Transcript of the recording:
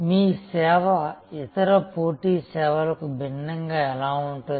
మీ సేవ ఇతర పోటీ సేవలకు భిన్నంగా ఎలా ఉంటుంది